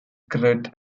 great